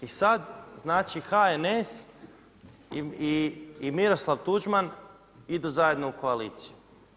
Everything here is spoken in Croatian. I sada HNS i Miroslav Tuđman idu zajedno u koaliciju.